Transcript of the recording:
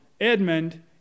Edmund